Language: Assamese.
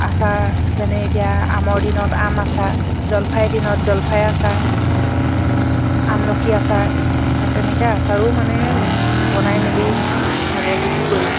আচাৰ যেনে এতিয়া আমৰ দিনত আম আচাৰ জলফাই দিনত জলফাই আচাৰ আমলখি আচাৰ আৰু তেনেকৈ আচাৰো মানে বনাই মেলি মানে বিক্ৰী কৰিম